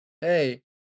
hey